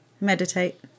Meditate